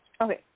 Okay